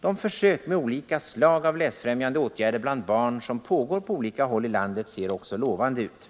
De försök med olika slag av läsfrämjande åtgärder bland barn som pågår på olika håll i landet ser också lovande ut.